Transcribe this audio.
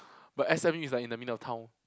but S_M_U is like in the middle of town